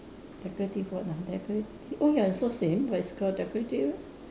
decorative what ah decorative oh ya also same but it's call decorative